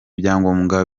ibyangombwa